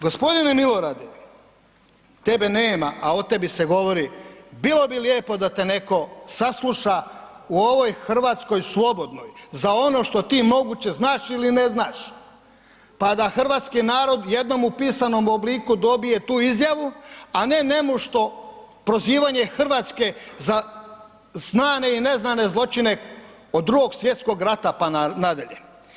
Gospodine Milorade, tebe nema, a o tebi se govori, bilo bi lijepo da te netko sasluša u ovoj Hrvatskoj slobodnoj za ono što ti moguće znaš ili ne znaš, pa da hrvatski narod jednom u pisanom obliku dobije tu izjavu, a ne nemušto prozivanje Hrvatske za znane i neznane zločine od Drugog svjetskog rata pa nadalje.